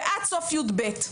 ועד סוף י"ב.